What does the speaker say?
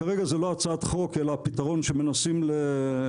כרגע זו לא הצעת חוק אלא פתרון שמנסים להנדס,